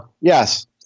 yes